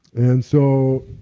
and so,